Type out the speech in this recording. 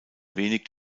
wenig